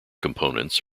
components